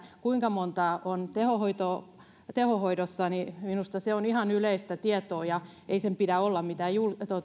kuinka monta on tehohoidossa on minusta ihan yleistä tietoa ja ei sen pidä olla mitään